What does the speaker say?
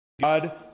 god